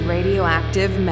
Radioactive